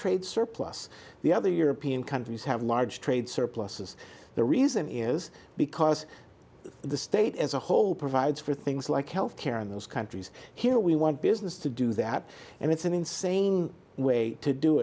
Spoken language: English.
trade surplus the other european countries have large trade surpluses the reason is because the state as a whole provides for things like health care in those countries here we want businesses to do that and it's an insane way to do